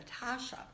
Natasha